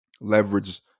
Leverage